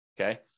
Okay